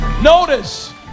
Notice